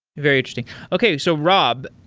very interesting. okay. so, rob,